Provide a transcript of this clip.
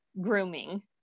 grooming